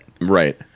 Right